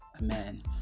Amen